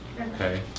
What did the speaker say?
okay